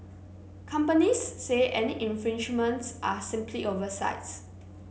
companies say any infringements are simply oversights